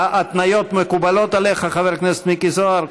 ההתניות מקובלות עליך, חבר הכנסת מיקי זוהר?